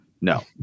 no